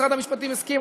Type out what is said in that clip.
משרד המשפטים הסכים,